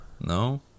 No